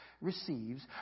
receives